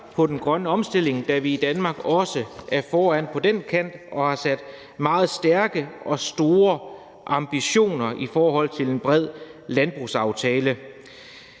på den grønne omstilling, da vi i Danmark også er foran på den kant og har sat meget stærke og store ambitioner op i forhold til en bred landbrugsaftale.